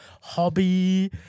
hobby